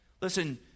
Listen